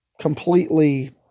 completely